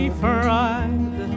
fried